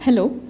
hello